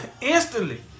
instantly